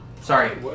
Sorry